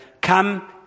come